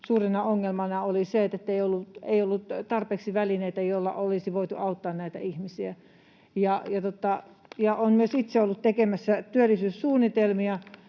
suurena ongelmana oli se, ettei ollut tarpeeksi välineitä, joilla olisi voitu auttaa näitä ihmisiä. Olen myös itse ollut tekemässä työllisyyssuunnitelmia